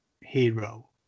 hero